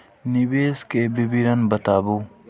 निवेश के विवरण बताबू?